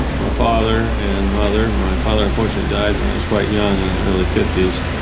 my father and mother. my father unfortunately died when i was quite young in the early fifty s,